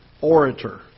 orator